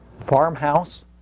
farmhouse